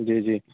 جی جی